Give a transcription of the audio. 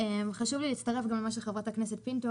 חשוב לי גם להצטרף למה שחברת הכנסת פינטו